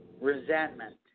Resentment